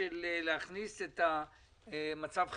של הכנסת מצב חירום,